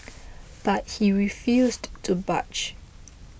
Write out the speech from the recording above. but he refused to budge